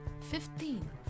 Fifteen